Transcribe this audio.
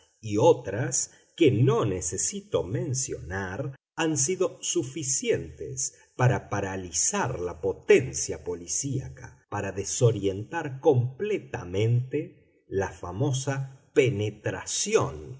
y otras que no necesito mencionar han sido suficientes para paralizar la potencia policiaca para desorientar completamente la famosa penetración